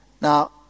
Now